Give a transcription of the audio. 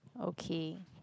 okay